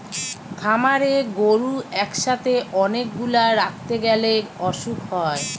খামারে গরু একসাথে অনেক গুলা রাখতে গ্যালে অসুখ হয়